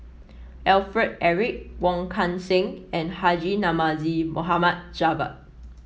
Alfred Eric Wong Kan Seng and Haji Namazie Mohd Javad